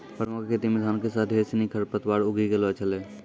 परमा कॅ खेतो मॅ धान के साथॅ ढेर सिनि खर पतवार उगी गेलो छेलै